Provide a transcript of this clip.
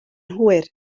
hwyr